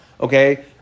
okay